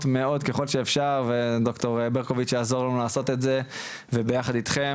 מאוד ככול שאפשר וד"ר ברקוביץ יעזור לנו לעשות את זה וביחד איתכם